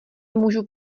můžu